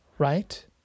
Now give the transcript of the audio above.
Right